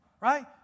Right